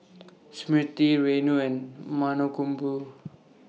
Smriti Renu and Mankombu